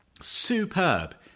superb